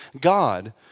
God